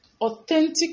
authentic